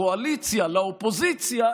הקואליציה לאופוזיציה,